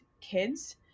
kids